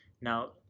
Now